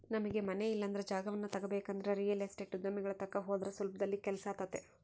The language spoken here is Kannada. ನಮಗೆ ಮನೆ ಇಲ್ಲಂದ್ರ ಜಾಗವನ್ನ ತಗಬೇಕಂದ್ರ ರಿಯಲ್ ಎಸ್ಟೇಟ್ ಉದ್ಯಮಿಗಳ ತಕ ಹೋದ್ರ ಸುಲಭದಲ್ಲಿ ಕೆಲ್ಸಾತತೆ